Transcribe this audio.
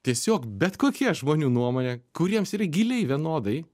tiesiog bet kokia žmonių nuomonė kuriems yra giliai vienodai